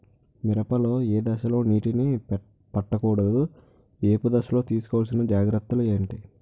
మిరప లో ఏ దశలో నీటినీ పట్టకూడదు? ఏపు దశలో తీసుకోవాల్సిన జాగ్రత్తలు ఏంటి?